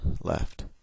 left